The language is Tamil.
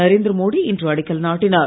நரேந்திர மோடி இன்று அடிக்கல் நாட்டினார்